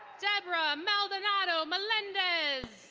debra maldonado molendez.